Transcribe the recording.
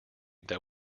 that